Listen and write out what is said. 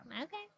Okay